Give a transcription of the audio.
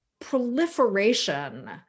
proliferation